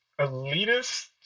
elitist